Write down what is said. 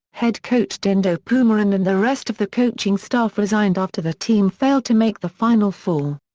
head coach dindo pumaren and the rest of the coaching staff resigned after the team failed to make the final four.